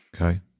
Okay